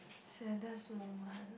saddest moment